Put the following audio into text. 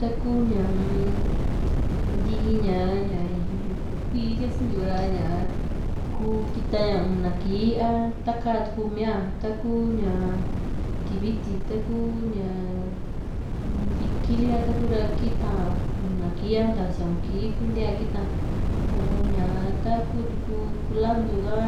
taku ñaa nti´i ña yuku kuíí sia´si ntiu ra ñaa ku kita ña una kii a taka tuu mia taku ña tiviti taku ñaa ikì´n lika kita una kii a nta sia´un kii kuntee a kita un ña ta kutuku kulantu ha,